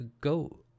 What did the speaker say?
go